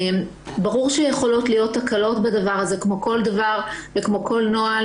וחוסר האמון בכל מה שקשור למערכת המשפט,